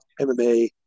MMA